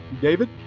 david